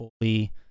fully